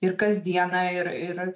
ir kasdieną ir ir